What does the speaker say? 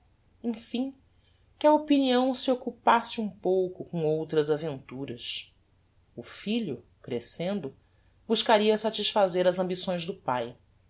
emfim que a opinião se occupasse um pouco com outras aventuras o filho crescendo buscaria satisfazer as ambições do pae